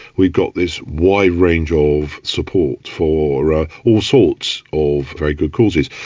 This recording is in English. we've got this wide range of support for ah all sorts of very good causes.